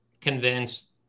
convinced